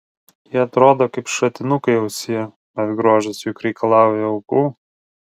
jie atrodo kaip šratinukai ausyje bet grožis juk reikalauja aukų